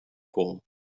pool